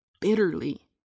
bitterly